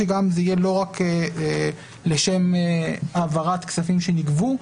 שזה יהיה לא רק לשם העברת כספים שנגבו,